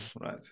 Right